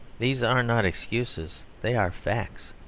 these are not excuses they are facts.